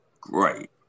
great